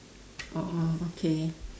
oh oh okay